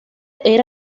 era